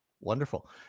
Wonderful